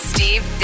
Steve